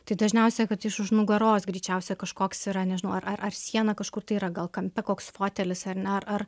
tai dažniausiai kad iš už nugaros greičiausiai kažkoks yra nežinau ar ar siena kažkur tai yra gal kampe koks fotelis ar ne ar